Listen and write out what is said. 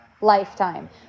lifetime